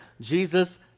Jesus